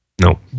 no